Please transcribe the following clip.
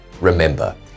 remember